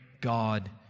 God